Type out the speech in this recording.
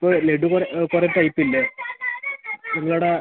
ഇപ്പോൾ ലഡു കുറേ കുറേ ടൈപ്പ് ഇല്ലേ നിങ്ങളുടെ